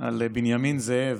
על בנימין זאב: